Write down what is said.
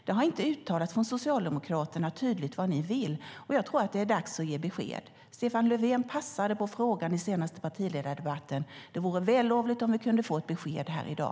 Det har inte tydligt uttalats från Socialdemokraterna vad ni vill, och jag tror att det är dags att ge besked. Stefan Löfven passade på frågan i den senaste partiledardebatten, men det vore vällovligt om vi kunde få ett besked här i dag.